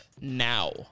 now